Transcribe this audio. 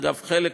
אגב, חלק